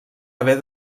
haver